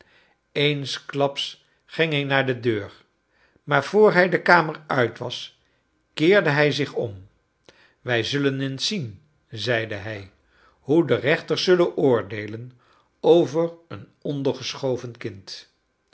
eensklaps ging hij naar de deur maar vr hij de kamer uit was keerde hij zich om wij zullen eens zien zeide hij hoe de rechters zullen oordeelen over een ondergeschoven kind